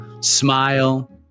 smile